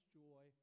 joy